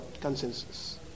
consensus